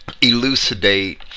elucidate